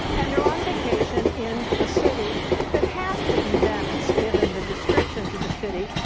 and they're on vacation in a city that has to be venice given the descriptions of the city,